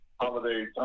holiday